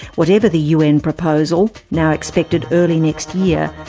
whatever the un proposal, now expected early next year,